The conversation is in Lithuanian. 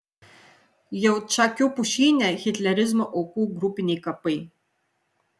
jaučakių pušyne hitlerizmo aukų grupiniai kapai